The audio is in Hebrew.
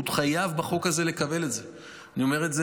הוא חייב בחוק הזה לקבל את זה, אני אומר את זה.